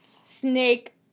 Snake